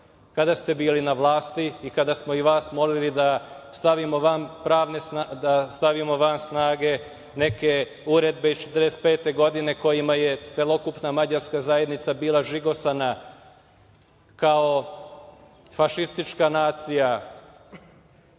kada ste bili na vlasti i kada smo i vas molili da stavimo van snage neke uredbe iz 1945. godine kojima je celokupna mađarska zajednica bila žigosana kao fašistička nacija